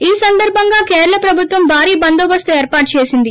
ఈ సందర్బంగా కేరళ ప్రభుత్వం భారీ బందోబస్తు ఏర్పాటు చేసింది